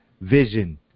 vision